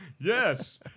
Yes